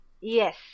yes